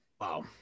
Wow